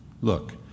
Look